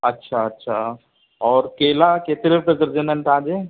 अछा अछा और केला केतिरे रुपए दर्जन आहिनि तव्हांजूं